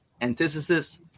antithesis